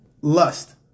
lust